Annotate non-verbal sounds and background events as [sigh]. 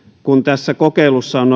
kun tässä kokeilussa on [unintelligible]